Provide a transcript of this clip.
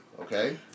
okay